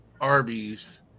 Arby's